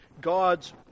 God's